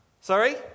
Sorry